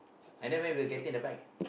and then when we will getting the bike